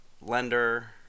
lender